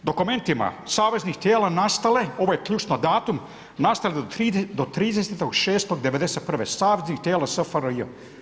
Dokumentima, saveznih tijela, nastale, ovo je ključan datum, nastale do 30.6.'91. saveznih tijela SFRJ.